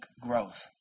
growth